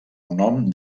nom